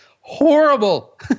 horrible